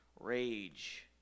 rage